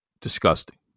disgusting